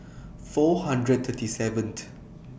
four hundred thirty seventh